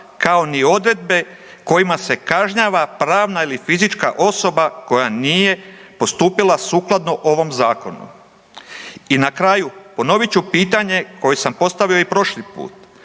kao ni odredbe kojima se kažnjava pravna ili fizička osoba koja nije postupila sukladno ovom zakonu. I na kraju, ponovit ću pitanje koje sam postavio i prošli put.